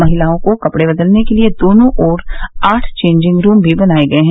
महिलाओं को कपड़े बदलने के लिए दोनों ओर आठ चेंजिंग रूम भी बनाए हैं